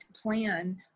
plan